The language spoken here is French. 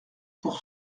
pour